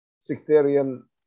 sectarian